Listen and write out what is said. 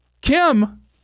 Kim